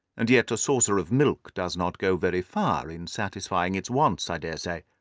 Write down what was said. and yet a saucer of milk does not go very far in satisfying its wants, i daresay.